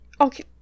Okay